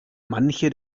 manche